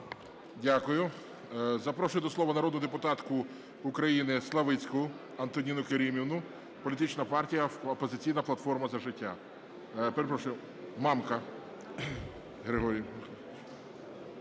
Дякую. Запрошую до слова народну депутатку України Славицьку Антоніну Керимівну, Політична партія "Опозиційна платформа - За життя". Перепрошую, Мамка Григорій.